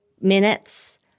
minutes